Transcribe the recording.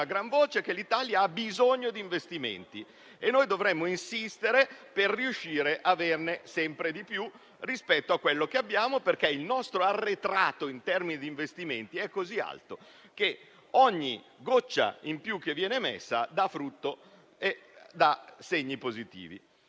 gran voce che l'Italia ha bisogno di investimenti e noi dovremmo insistere per riuscire ad averne sempre di più rispetto ad ora, perché il nostro arretrato in termini di investimenti è così alto che ogni goccia in più che viene versata dà frutto e dà segni positivi.